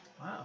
Wow